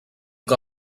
que